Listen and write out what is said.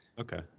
Okay